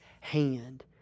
hand